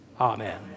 Amen